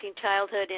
childhood